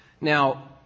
Now